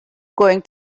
going